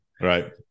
Right